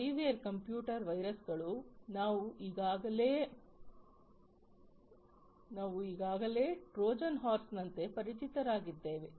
ಮತ್ತು spyware computer ವೈರಸ್ಗಳು ನಾವು ಈಗಾಗಲೇ ಟ್ರೋಜನ್ ಹಾರ್ಸ್ನಂತೆ ಪರಿಚಿತರಾಗಿದ್ದೇವೆ